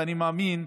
ואני מאמין,